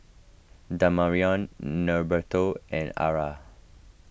Damarion Norberto and Arra